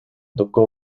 tocó